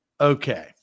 Okay